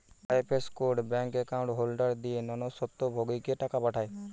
IFS code bank account holder দিয়ে non স্বত্বভোগীকে টাকা পাঠায়